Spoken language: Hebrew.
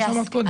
כמו שאמרת קודם?